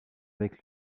avec